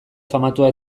famatua